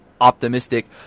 optimistic